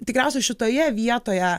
tikriausiai šitoje vietoje